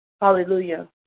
Hallelujah